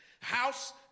House